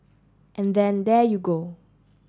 and then there you go